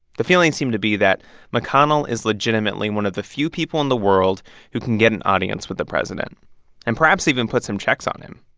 the feelings seem to be that mcconnell is legitimately one of the few people in the world who can get an audience with the president and perhaps even put some checks on him.